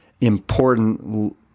important